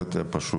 עובד פשוט.